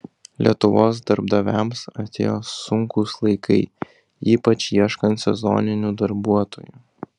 lietuvos darbdaviams atėjo sunkūs laikai ypač ieškant sezoninių darbuotojų